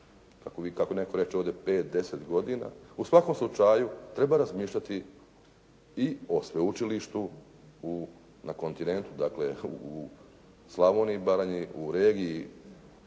kako netko reče ovdje 5, 10 godina, u svakom slučaju treba razmišljati i o sveučilištu na kontinentu, dakle u Slavoniji i Baranji, u regiji